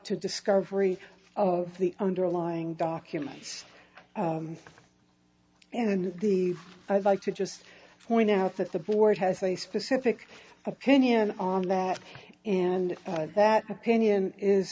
to discovery of the underlying documents and i'd like to just point out that the board has a specific opinion on that and if that opinion is